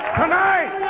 tonight